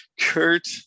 Kurt